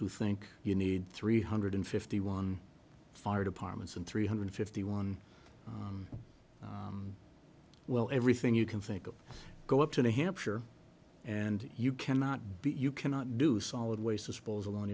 who think you need three hundred fifty one fire departments and three hundred fifty one well everything you can think of go up to new hampshire and you cannot be you cannot do solid waste disposal on